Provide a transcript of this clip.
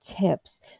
tips